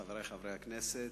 חברי חברי הכנסת,